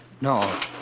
No